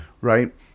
Right